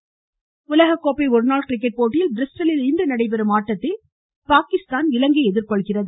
cricket உலககோப்பை ஒருநாள் cricket போட்டியில் பிரிஸ்டலில் இன்று நடைபெறும் ஆட்டத்தில் பாகிஸ்தான் இலங்கையை எதிர்கொள்கிறது